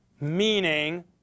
meaning